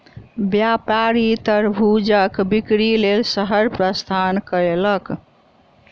व्यापारी तरबूजक बिक्री लेल शहर प्रस्थान कयलक